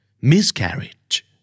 Miscarriage